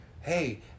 Hey